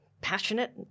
passionate